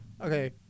Okay